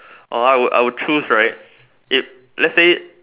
or I would I would choose right if let's say